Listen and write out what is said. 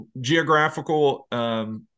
geographical